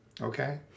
Okay